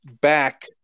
back